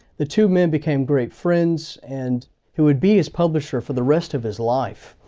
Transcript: the two men became great friends, and who would be as publisher for the rest of his life,